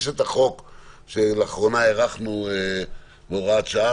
יש את החוק שלאחרונה הארכנו בהוראת שעה,